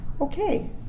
Okay